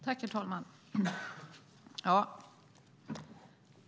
Herr talman!